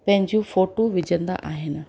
पंहिंजियूं फोटू विझंदा आहिनि